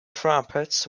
trumpets